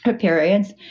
periods